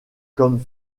comme